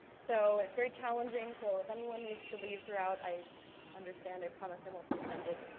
so it's very challenging, so if anyone needs to leave throughout i understand. i promise i won't be offended.